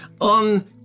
On